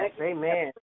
amen